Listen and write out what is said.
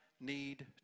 Need